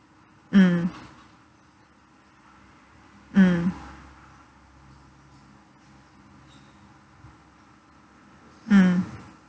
mm mm mm